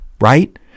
right